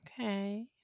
Okay